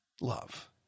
love